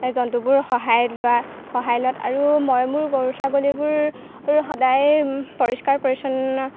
জন্তুবোৰ সহায় লোৱা সহায় লোৱাত আৰু মই মোৰ গৰু ছাগলীবোৰ অৰ সদায়ে পৰিষ্কাৰ পৰিচ্ছন্ন